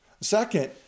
Second